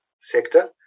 sector